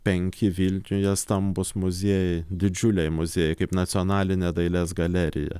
penki vilniuje stambūs muziejai didžiuliai muziejai kaip nacionalinė dailės galerija